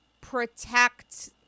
protect